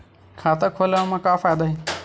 खाता खोलवाए मा का फायदा हे